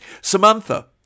Samantha